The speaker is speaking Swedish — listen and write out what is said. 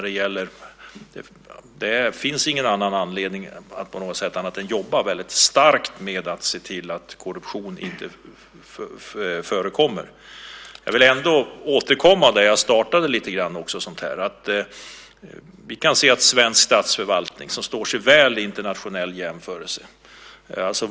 Det finns inget annat än att jobba starkt med att se till korruption inte förekommer. Jag vill ändå återkomma till det jag startade med. Vi kan se att svensk statsförvaltning står sig väl i internationell jämförelse.